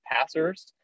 passers